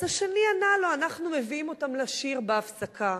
אז השני ענה לו: אנחנו מביאים אותן לשיר בהפסקה.